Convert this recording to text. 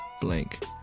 blank